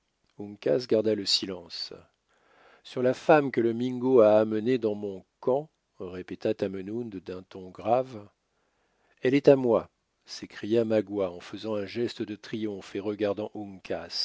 garda le silence sur la femme que le mingo a amenée dans mon camp répéta tamenund d'un ton grave elle est à moi s'écria magua en faisant un geste de triomphe et regardant